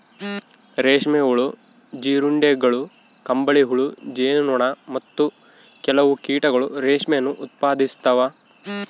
ರೇಷ್ಮೆ ಹುಳು, ಜೀರುಂಡೆಗಳು, ಕಂಬಳಿಹುಳು, ಜೇನು ನೊಣ, ಮತ್ತು ಕೆಲವು ಕೀಟಗಳು ರೇಷ್ಮೆಯನ್ನು ಉತ್ಪಾದಿಸ್ತವ